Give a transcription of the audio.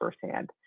firsthand